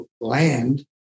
land